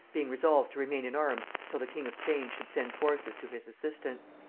being resolved to remain in arms till the king of spain should send forces to his assistance.